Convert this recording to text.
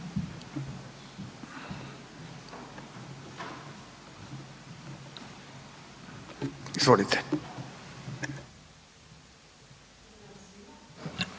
Hvala vama.